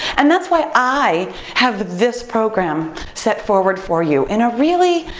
and that's why i have this program set forward for you in a really,